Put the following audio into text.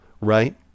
right